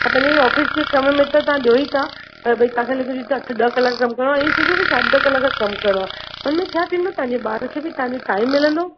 तव्हां पंहिंजे ऑफिस जे कम में त ॾियो ई था त भई तव्हां खे लॻे थो त अठ ॾह कलाक कमु करिणो आहे ईअं सोचो की साढी ॾह कलाक कमु करणो आहे हुन में छा थींदो तव्हांजे ॿार खे बि तव्हां जो टाइम मिलंदो